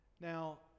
Now